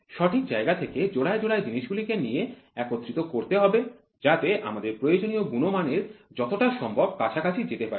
সঠিক জায়গা থেকে জোড়ায় জোড়ায় জিনিসগুলোকে নিয়ে একত্রিত করতে হবে যাতে আমাদের প্রয়োজনীয় গুণমান এর যতটা সম্ভব কাছাকাছি যেতে পারি